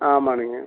ஆமாங்க